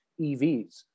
EVs